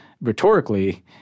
rhetorically